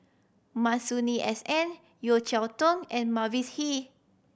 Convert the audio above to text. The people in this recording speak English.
Masuri S N Yeo Cheow Tong and Mavis Hee